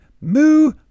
Moo